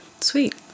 Sweet